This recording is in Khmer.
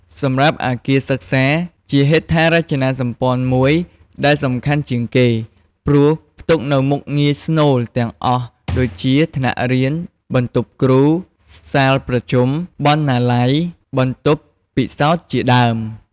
សម្រាប់អគារសិក្សា ជាហេដ្ឋារចនាសម្ព័ន្ធមួយដែលសំខាន់ជាងគេ ព្រោះផ្ទុកនូវមុខងារស្នូលទាំងអស់ ដូចជា ថ្នាក់រៀន បន្ទប់គ្រូ សាលប្រជុំ បណ្ណាល័យ បន្ទប់ពិសោធន៍ជាដើម។